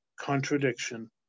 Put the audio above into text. contradiction